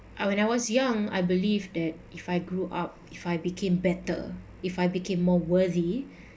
I when I was young I believe that if I grew up if I became better if I became more worthy